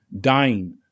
dying